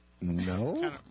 No